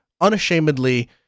unashamedly